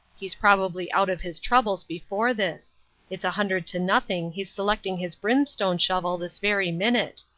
he's probably out of his troubles before this it's a hundred to nothing he's selecting his brimstone-shovel this very minute.